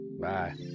Bye